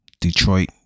detroit